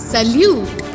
Salute